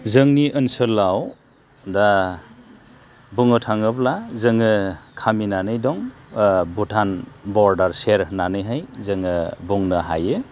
जोंनि ओनसोलाव दा बुंनो थाङोब्ला जोङो खामिनानै दं भुटान बरडार सेर होननानैहाय जोङो बुंनो हायो